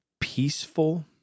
peaceful